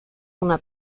una